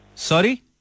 Sorry